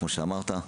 כמו שאמרת.